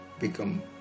become